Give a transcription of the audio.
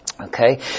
Okay